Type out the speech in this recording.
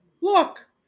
Look